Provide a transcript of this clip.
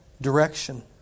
Direction